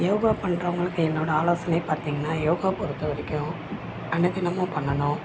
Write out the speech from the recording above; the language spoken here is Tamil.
யோகா பண்ணுறவங்களுக்கு என்னோடய ஆலோசனை பார்த்தீங்கனா யோகா பொறுத்தவரைக்கும் அனுதினமும் பண்ணணும்